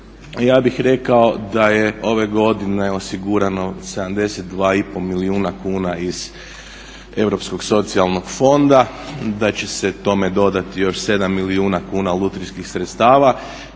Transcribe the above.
ja bih rekao da je ove godine osigurano 72,5 milijuna kuna iz Europskog socijalnog fonda, da će se tome dodati još 7 milijuna kuna lutrijskih sredstava